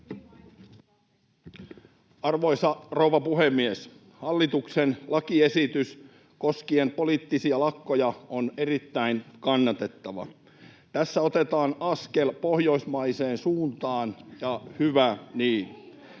Arvoisa rouva puhemies! Hallituksen lakiesitys koskien poliittisia lakkoja on erittäin kannatettava. Tässä otetaan askel pohjoismaiseen suuntaan, ja hyvä niin.